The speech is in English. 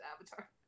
Avatar